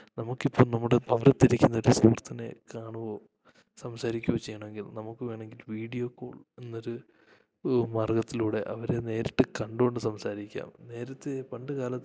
നമുക്ക് ഇപ്പം നമ്മുടെ പുറത്തിരിക്കുന്ന ഒരു സുഹൃത്തിനേ കാണുവോ സംസാരിക്കുവോ ചെയ്യണം എങ്കിൽ നമുക്ക് വേണം എങ്കിൽ വീഡ്യോ ക്കോൾ എന്നൊരു മാർഗ്ഗത്തിലൂടെ അവരെ നേരിട്ട് കണ്ടോണ്ട് സംസാരിക്കാം നേരത്തെ പണ്ട് കാലത്ത്